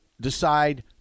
decide